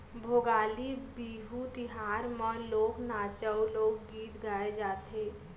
भोगाली बिहू तिहार म लोक नाचा अउ लोकगीत गाए जाथे